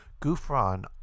Gufran